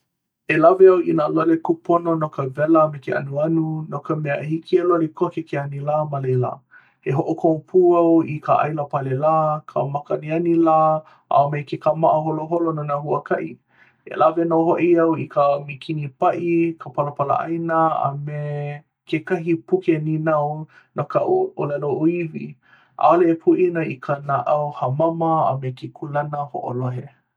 E lawe au i nā lole kūpono no ka wela a me ke anuanu, no ka mea, hiki ke loli koke ke anilā ma laila. E hoʻokomo pū au i ka ʻailā pale lā, ka makaaniani lā, a me ke kāmaʻa holoholo no nā huakaʻi. E lawe nō hoʻi au i ka mikini paʻi kiʻi, ka palapalaʻāina, a me kekahi puke nīnau no ka ʻōlelo ʻōiwi. ʻAʻole e poina i ka naʻau hāmama a me ke kūlana hoʻolohe.